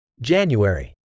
January